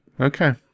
Okay